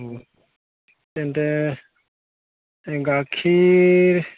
তেন্তে গাখীৰ